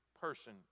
person